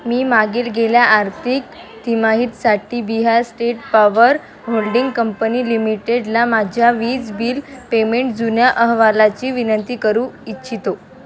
मी मागील गेल्या आर्थिक तिमाहीसाठी Bihar state power holding company लिमिटेडला माझ्या वीज बिल पेमेंट जुन्या अहवालाची विनंती करू इच्छितो